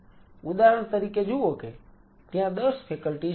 ઉદાહરણ તરીકે જુઓ કે ત્યાં 10 ફેકલ્ટીઝ છે